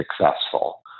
successful